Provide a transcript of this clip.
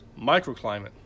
microclimate